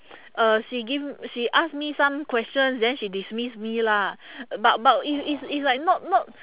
uh she give she ask me some questions then she dismiss me lah but but it's it's it's like not not